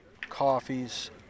coffees